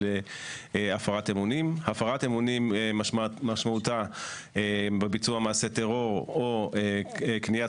הפרת אמונים: הפרת אמונים משמעותה בביצוע מעשה טרור או קניית